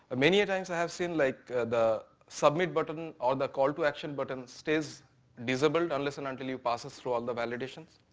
many times i have seen like the submit button or the call to action button stays invisible unless and until it passes through all the validations.